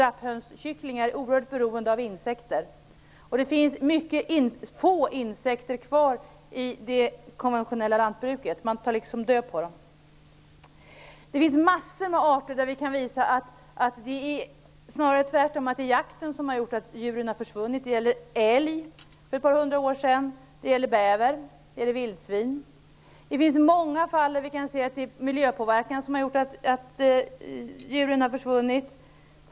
Rapphönskycklingar är oerhört beroende av insekter, och det finns mycket få insekter kvar i det konventionella lantbruket, som tar död på dem. Vi kan när det gäller mängder av arter påvisa att det snarast är jakten som har gjort att djuren har försvunnit. Det gällde älgen för ett par hundra år sedan, det gäller bäver och det gäller vildsvin. I många fall har miljöpåverkan gjort att djuren har försvunnit.